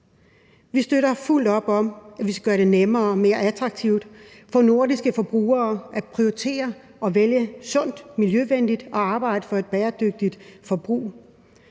Vi støtter fuldt op om, at vi skal gøre det nemmere og mere attraktivt for nordiske forbrugere at prioritere og vælge sundt og miljøvenligt, og at vi skal arbejde for et bæredygtigt forbrug.